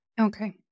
Okay